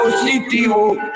positivo